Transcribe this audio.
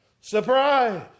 Surprise